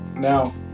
Now